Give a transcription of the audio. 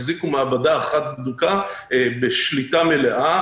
החזיקו מעבדה אחת בדוקה בשליטה מלאה,